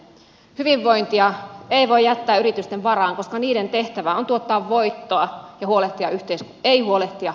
hyvinvointia ei voi jättää yritysten varaan koska niiden tehtävä on tuottaa voittoa ei huolehtia yhteiskunnasta